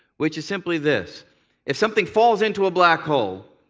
which is simply this if something falls into a black hole,